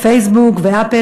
"פייסבוק" ו"אפל",